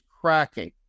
cracking